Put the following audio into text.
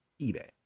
eBay